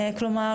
כלומר,